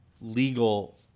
legal